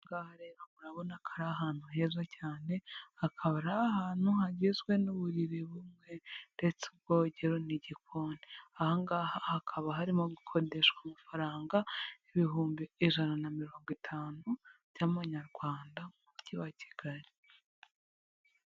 Murabona ko ari ahantu heza cyane, hakaba ari ahantu hagizwe n'uburiri bumwe ndetse ubwogero n'igikoni, ahangaha hakaba harimo gukoredeshwa amafaranga ibihumbi ijana na mirongo itanu by'amanyarwanda mu mujyi wa Kigali